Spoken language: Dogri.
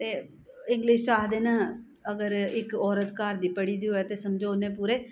ते इंग्लिश च आखदे न अगर इक औरत घर दी पढ़ी दी होऐ ते समझो उ'न्ने पूरे